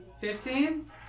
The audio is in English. Fifteen